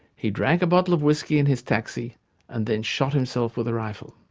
he drank a bottle of whisky in his taxi and then shot himself with a rifle.